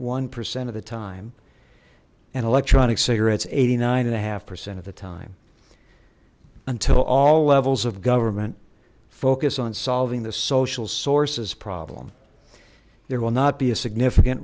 one percent of the time and electronic cigarettes eighty nine and a half percent of the time until all levels of government focus on solving the social sources problem there will not be a significant